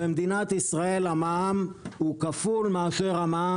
במדינת ישראל המע"מ הוא כפול מאשר המע"מ